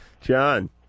John